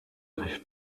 rêve